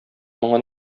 моңа